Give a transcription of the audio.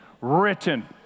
written